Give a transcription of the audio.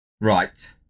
Right